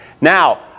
Now